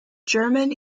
german